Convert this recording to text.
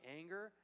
anger